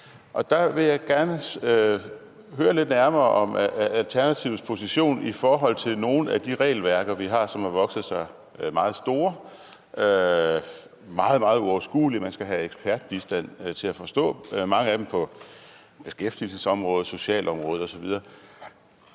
Der vil jeg gerne høre lidt nærmere om Alternativets position i forhold til nogle af de regelværker, vi har, der har vokset sig meget store og meget, meget uoverskuelige. Mange af dem skal man have ekspertbistand for at forstå, f.eks. på beskæftigelsesområdet, socialområdet osv.